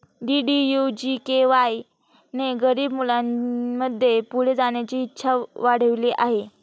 DDU GKY ने गरीब मुलांमध्ये पुढे जाण्याची इच्छा वाढविली आहे